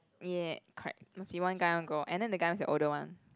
yeah correct okay one guy one girl and then the guy must be older one